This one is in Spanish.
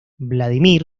vladímir